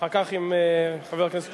אחר כך, אם חבר הכנסת